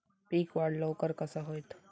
पीक वाढ लवकर कसा होईत?